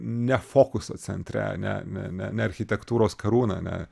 ne fokuso centre ne ne ne ne architektūros karūna ne